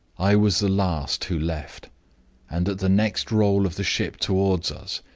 i was the last who left and, at the next roll of the ship toward us,